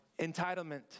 Entitlement